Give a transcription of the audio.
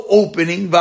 opening